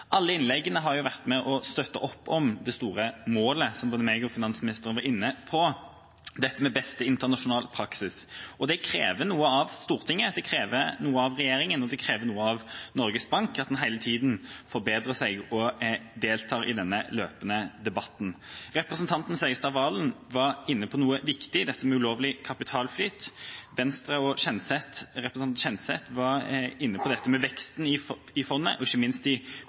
Alle innleggene har vært med og støttet opp om det store målet, som både jeg og finansministeren var inne på, om beste internasjonale praksis. Det krever noe av Stortinget. Det krever noe av regjeringa, og det krever noe av Norges Bank, at en hele tiden forbedrer seg og deltar i den løpende debatten. Representanten Serigstad Valen var inne på noe viktig, dette med ulovlig kapitalflyt. Venstre og representanten Kjenseth var inne på dette med veksten i fondet, ikke minst de konfliktrelaterte eierskapene, og representanten Hansson var inne på dette med veivalg og klimaaspekt. Jeg er enig i